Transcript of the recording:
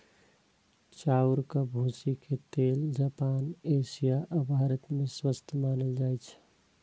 चाउरक भूसीक तेल जापान, एशिया आ भारत मे स्वस्थ मानल जाइ छै